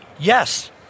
Yes